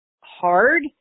hard